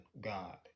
God